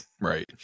right